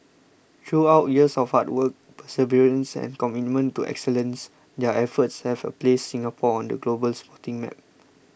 throughout years of hard work perseverance and commitment to excellence their efforts have placed Singapore on the global sporting map